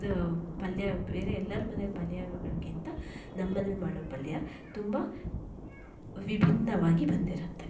ಪಲ್ಯ ಬೇರೆ ಎಲ್ಲರ ಮನೆ ಪಲ್ಯಗಳಿಗಿಂತ ನಮ್ಮ ಮನೇಲಿ ಮಾಡೋ ಪಲ್ಯ ತುಂಬ ವಿಭಿನ್ನವಾಗಿ ಬಂದಿರುತ್ತೆ